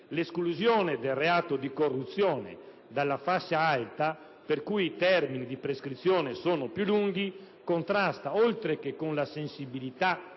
L'esclusione del reato di corruzione dalla fascia alta per cui i termini di prescrizione sono più lunghi contrasta, oltre che con la sensibilità